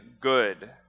good